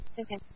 Okay